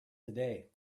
today